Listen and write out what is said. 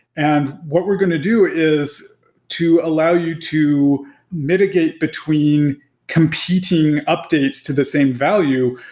and what we're going to do is to allow you to mitigate between competing updates to the same value.